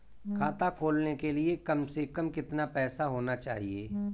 खाता खोलने के लिए कम से कम कितना पैसा होना चाहिए?